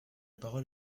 parole